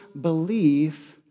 belief